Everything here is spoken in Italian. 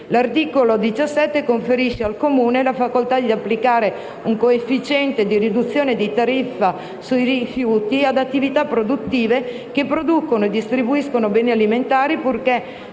L'articolo 17 conferisce al Comune la facoltà di applicare un coefficiente di riduzione della tariffa sui rifiuti ad attività produttive che producono e distribuiscono beni alimentari, purché